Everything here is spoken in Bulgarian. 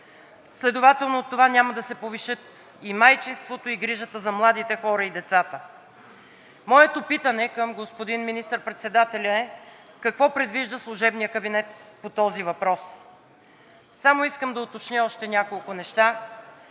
следователно с това няма да се повишат и майчинството и грижата за младите хора и децата. Моето питане към господин министър-председателя е какво предвижда служебният кабинет по този въпрос? Само искам да уточня няколко неща,